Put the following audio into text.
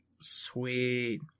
sweet